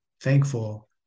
thankful